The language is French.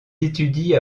étudie